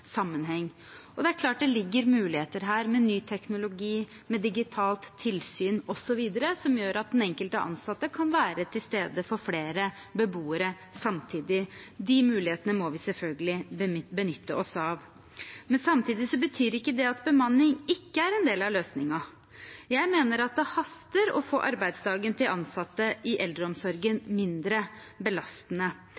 sammenheng. Det er klart det ligger muligheter her, med ny teknologi, med digitalt tilsyn osv., som gjør at den enkelte ansatte kan være til stede for flere beboere samtidig. De mulighetene må vi selvfølgelig benytte oss av. Men samtidig betyr ikke det at bemanning ikke er en del av løsningen. Jeg mener det haster å få arbeidsdagen til ansatte i eldreomsorgen